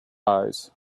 eyes